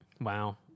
Wow